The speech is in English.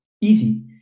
easy